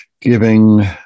giving